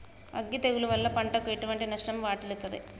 అగ్గి తెగులు వల్ల పంటకు ఎటువంటి నష్టం వాటిల్లుతది?